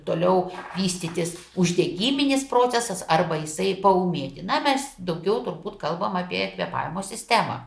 toliau vystytis uždegiminis procesas arba jisai paūmėti na mes daugiau turbūt kalbam apie kvėpavimo sistemą